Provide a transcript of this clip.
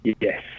Yes